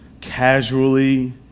casually